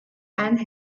and